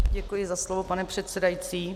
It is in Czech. Děkuji za slovo, pane předsedající.